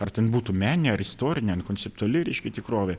ar ten būtų meninė ar istorinė ar konceptuali reiškia tikrovė